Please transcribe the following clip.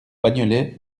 bagnolet